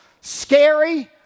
scary